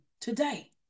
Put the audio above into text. today